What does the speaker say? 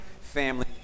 family